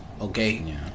Okay